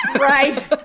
right